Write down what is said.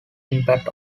impact